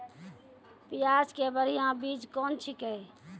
प्याज के बढ़िया बीज कौन छिकै?